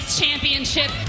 championship